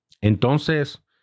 Entonces